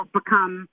become